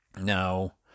Now